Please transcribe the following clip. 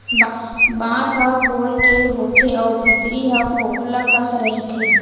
बांस ह गोल के होथे अउ भीतरी ह खोखला कस रहिथे